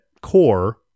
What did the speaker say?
Core